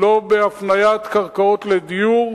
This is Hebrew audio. לא בהפניית קרקעות לדיור,